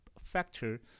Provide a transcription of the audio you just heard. factor